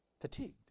Fatigued